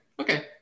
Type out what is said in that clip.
okay